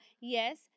yes